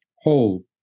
whole